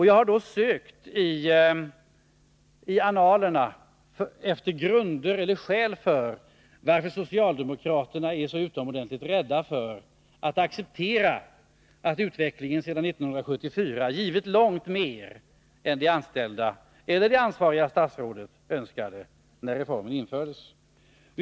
Jag har sökt i annalerna efter skäl till att socialdemokraterna är så utomordentligt rädda för att acceptera att utvecklingen sedan 1974 givit långt mer än de anställda eller det ansvariga statsrådet önskade när reformen infördes.